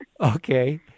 Okay